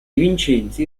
vincenzi